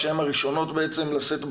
שהן הראשונות לשאת בנטל,